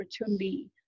opportunity